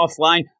offline